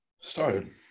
started